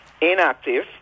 inactive